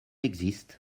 existe